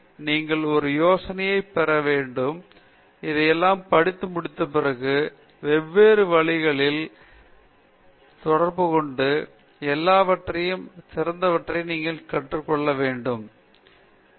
எனவே நீங்கள் ஒரு யோசனை பெற வேண்டும் இதையெல்லாம் படித்து முடித்த பிறகு பல்வேறு வழிகளில் வெவ்வேறு வழிகளில் தொடர்புகொண்டு இந்த எல்லாவற்றிலும் சிறந்தவற்றைத் தேர்வு செய்து உங்கள் சொந்த சுழற்சியை வைத்து உங்கள் சொந்த எழுதுதல் மற்றும் வழங்குவதற்கான சூத்திரம் சரி